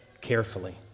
carefully